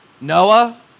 Noah